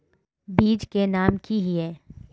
बीज के नाम की हिये?